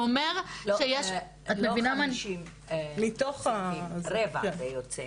לא 50%. רבע זה יוצא.